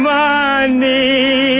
money